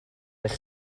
eich